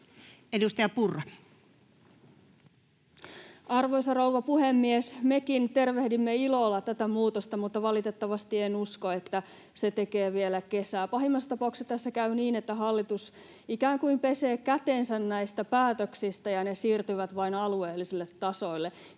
Content: Arvoisa rouva puhemies! Mekin tervehdimme ilolla tätä muutosta, mutta valitettavasti en usko, että se tekee vielä kesää. Pahimmassa tapauksessa tässä käy niin, että hallitus ikään kuin pesee kätensä näistä päätöksistä ja ne vain siirtyvät alueellisille tasoille.